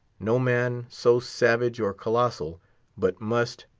no man so savage or colossal but must,